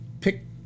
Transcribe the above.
pick